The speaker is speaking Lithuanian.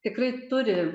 tikrai turi